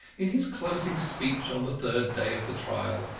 in his closing speech on the third day of the trial,